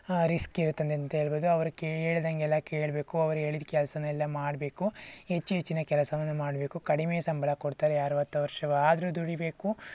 risk ಇರತ್ತದಂತ ಹೇಳ್ಬೋದು ಅವ್ರು ಕೇಳ್ದಂಗೆಲ್ಲ ಕೇಳಬೇಕು ಅವ್ರು ಹೇಳಿದ ಕೆಲಸನೆಲ್ಲ ಮಾಡಬೇಕು ಹೆಚ್ಚು ಹೆಚ್ಚಿನ ಕೆಲಸವನ್ನು ಮಾಡಬೇಕು ಕಡಿಮೆ ಸಂಬಳ ಕೊಡ್ತಾರೆ ಅರುವತ್ತು ವರ್ಷವಾದರೂ ದುಡಿಬೇಕು